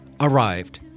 arrived